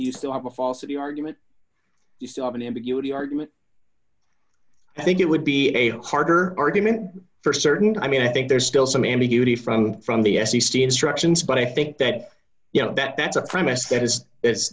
you still have a falsity argument you still have an ambiguity argument i think it would be a harder argument for certain i mean i think there's still some ambiguity from from the f c c instructions but i think that you know that that's a premise that